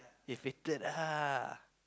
eh fated ah